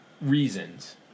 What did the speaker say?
reasons